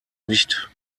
nicht